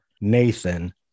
Nathan